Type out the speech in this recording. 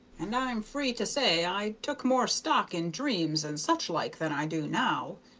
and i'm free to say i took more stock in dreams and such like than i do now.